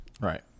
Right